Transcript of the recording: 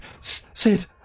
Sid